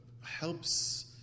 helps